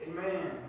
Amen